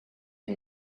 who